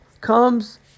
comes